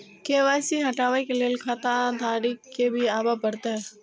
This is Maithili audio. के.वाई.सी हटाबै के लैल खाता धारी के भी आबे परतै?